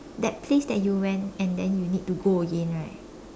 that place that you went and then you need to go again right